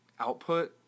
output